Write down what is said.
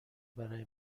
برای